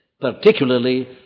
particularly